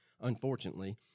unfortunately—